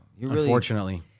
Unfortunately